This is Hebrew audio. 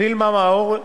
וילמה מאור,